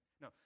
No